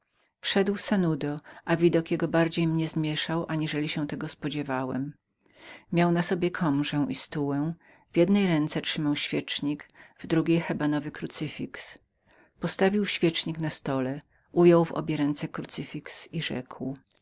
drzwi sanudo wszedł a widok jego bardziej mnie pomieszał aniżeli się tego spodziewałem miał na sobie albę i stułę w jednej ręce trzymał świeczniki w drugiej hebanowy krucyfix postawił świecznik na stole ujął w obie ręce krucyfix i rzekł